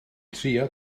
trio